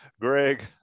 Greg